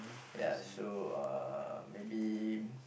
ya so uh maybe